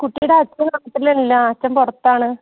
കുട്ടീടെ അച്ഛൻ ഇവടെ തന്നെയില്ല അച്ഛൻ പുറത്താണ്